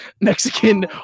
Mexican